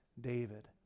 David